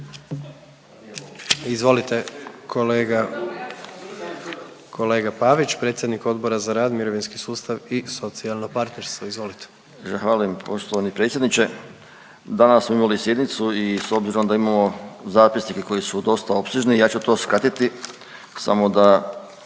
kolega, kolega Pavić, predsjednik Odbora za rad, mirovinski sustav i socijalno partnerstvo, izvolite. **Pavić, Željko (Socijaldemokrati)** Zahvaljujem poštovani predsjedniče. Danas smo imali sjednicu i s obzirom da imamo zapisnike koji su dosta opsežni, ja ću to skratiti, samo da